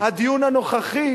הדיון הנוכחי